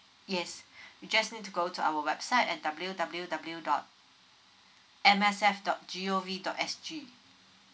yes you just need to go to our website at W W W dot M S F dot G O V dot S G